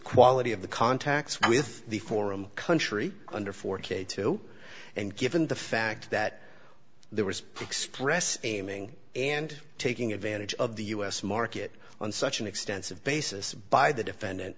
quality of the contacts with the foreign country under four k two and given the fact that there was expressed aiming and taking advantage of the u s market on such an extensive basis by the defendant